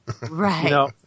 Right